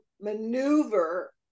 maneuver